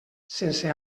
sense